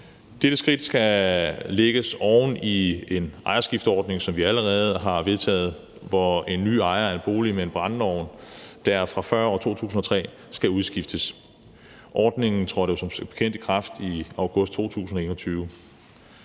Dette skridt skal lægges oven i en ejerskifteordning, som vi allerede har vedtaget, hvor en ny ejer af en bolig med en brændeovn, der er fra før år 2003, skal udskifte den. Ordningen trådte som bekendt i kraft i august 2021.